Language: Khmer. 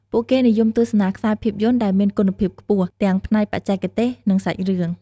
ពួកគេនិយមទស្សនាខ្សែភាពយន្តដែលមានគុណភាពខ្ពស់ ទាំងផ្នែកបច្ចេកទេស និងសាច់រឿង។